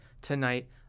tonight